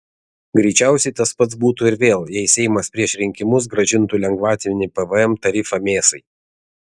greičiausiai tas pats būtų ir vėl jei seimas prieš rinkimus grąžintų lengvatinį pvm tarifą mėsai